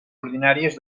ordinàries